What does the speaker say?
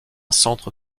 centre